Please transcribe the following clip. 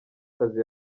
kazi